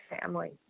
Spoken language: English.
family